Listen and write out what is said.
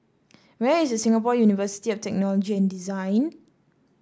where is Singapore University of Technology and Design